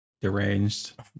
deranged